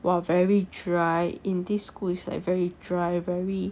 !wah! very dry in these schools is like very dry very